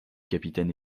capitaine